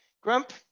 Grump